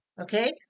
okay